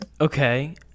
Okay